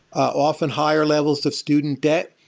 often, higher levels of student debt.